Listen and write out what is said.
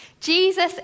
Jesus